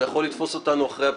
ויכול לתפוס אותנו אחרי הבחירות.